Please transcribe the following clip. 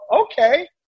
okay